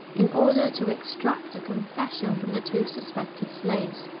in order to extract a confession from the two suspected slaves,